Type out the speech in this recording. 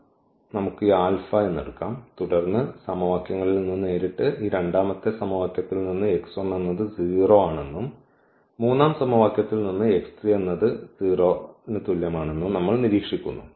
അതിനാൽ നമുക്ക് ഈ ആൽഫ എടുക്കാം തുടർന്ന് ഈ സമവാക്യങ്ങളിൽ നിന്ന് നേരിട്ട് ഈ രണ്ടാമത്തെ സമവാക്യത്തിൽ നിന്ന് x 1 എന്നത് 0 ആണെന്നും ഈ മൂന്നാം സമവാക്യത്തിൽ നിന്ന് x 3 എന്നത് 0 ന് തുല്യമാണെന്നും നമ്മൾ നിരീക്ഷിക്കുന്നു